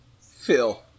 Phil